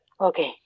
Okay